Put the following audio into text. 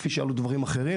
כפי שעלו דברים אחרים,